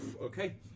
Okay